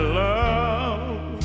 love